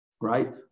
right